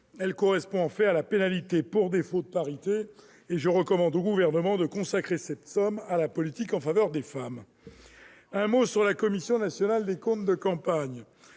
qui correspond à la pénalité pour défaut de parité. Je recommande au Gouvernement de consacrer cette somme à la politique en faveur des femmes. Je dirai un mot sur la Commission nationale des comptes de campagne.